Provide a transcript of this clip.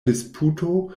disputo